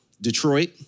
Detroit